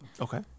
Okay